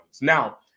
Now